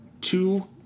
two